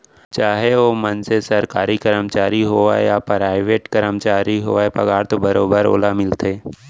चाहे ओ मनसे सरकारी कमरचारी होवय या पराइवेट करमचारी होवय पगार तो बरोबर ओला मिलथे